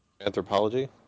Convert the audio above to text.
Anthropology